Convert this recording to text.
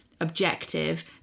objective